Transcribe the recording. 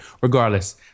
regardless